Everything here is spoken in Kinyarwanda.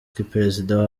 perezida